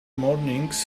mornings